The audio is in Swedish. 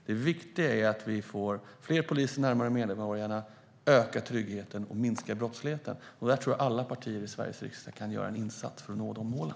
Det viktiga är att det blir fler poliser närmare medborgarna, ökad trygghet och minskad brottslighet. Där kan alla partier i Sveriges riksdag göra en insats för att nå de målen.